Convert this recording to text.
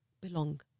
belong